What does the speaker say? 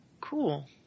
Cool